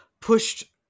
pushed